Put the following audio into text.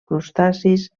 crustacis